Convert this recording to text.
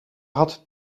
had